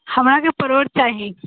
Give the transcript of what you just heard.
हमराके परोर चाही